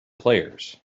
players